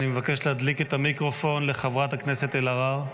אני מבקש להדליק את המיקרופון לחברת הכנסת אלהרר.